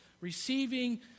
Receiving